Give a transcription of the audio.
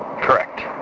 Correct